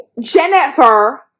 jennifer